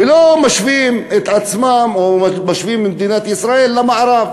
ולא משווים את עצמם או משווים את מדינת ישראל למערב.